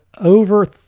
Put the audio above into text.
over